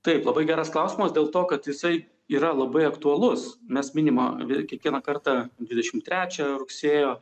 taip labai geras klausimas dėl to kad jisai yra labai aktualus mes minima kiekvieną kartą dvidešim trečią rugsėjo